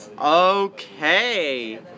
okay